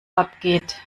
abgeht